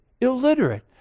illiterate